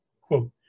quote